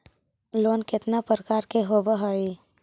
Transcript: Loan केतना प्रकार के होव हइ?